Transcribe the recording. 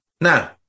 Now